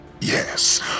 Yes